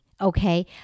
okay